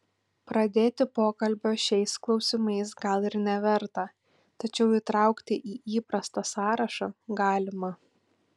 pradėti pokalbio šiais klausimais gal ir neverta tačiau įtraukti į įprastą sąrašą galima